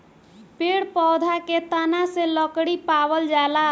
पेड़ पौधा के तना से लकड़ी पावल जाला